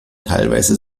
teilweise